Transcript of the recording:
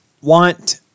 want